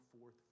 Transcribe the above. forth